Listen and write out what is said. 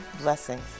Blessings